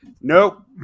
nope